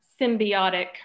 symbiotic